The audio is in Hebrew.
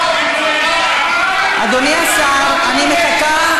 אדוני השר, אני מחכה.